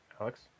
Alex